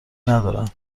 ندارند